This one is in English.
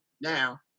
Now